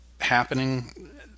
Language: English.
happening